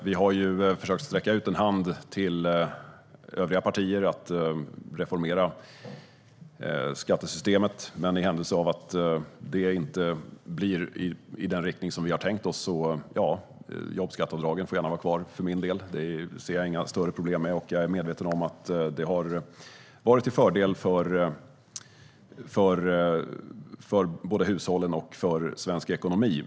Vi har försökt att sträcka ut en hand till övriga partier för att reformera skattesystemet, men om detta inte går i den riktning som vi har tänkt oss får jobbskatteavdragen gärna vara kvar för min del. Jag ser inga större problem med detta. Jag är medveten om att jobbskatteavdragen har varit till fördel både för hushållen och för svensk ekonomi.